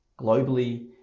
globally